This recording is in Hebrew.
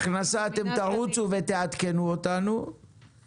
הכנסה אתם תרוצו ותעדכנו אותנו,